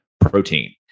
protein